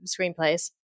screenplays